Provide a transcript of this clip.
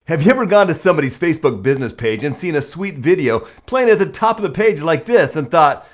have you ever gone to somebody's facebook business page and seen a sweet video playing at the top of the page like this and thought,